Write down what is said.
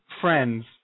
Friends